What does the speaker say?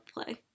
Play